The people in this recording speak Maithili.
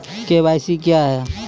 के.वाई.सी क्या हैं?